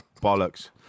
bollocks